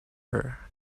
her